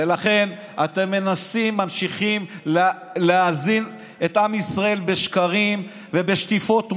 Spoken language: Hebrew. ולכן אתם ממשיכים להזין את עם ישראל בשקרים ובשטיפות מוח.